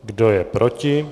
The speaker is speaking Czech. Kdo je proti?